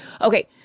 Okay